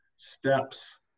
Steps